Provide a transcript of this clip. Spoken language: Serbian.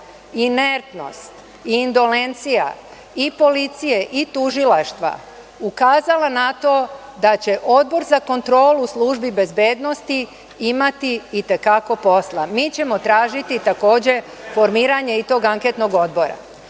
inertnost, indolencija i policije i tužilaštva ukazala na to da će Odbor za kontrolu Službi bezbednosti imati i te kako posla. Mi ćemo tražiti takođe formiranje i tog anketnog odbora.(Maja